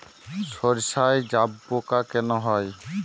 সর্ষায় জাবপোকা কেন হয়?